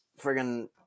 friggin